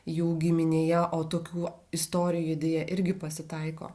jų giminėje o tokių istorijų deja irgi pasitaiko